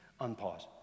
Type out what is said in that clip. Unpause